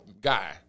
guy